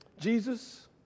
Jesus